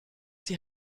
die